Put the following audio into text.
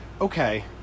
okay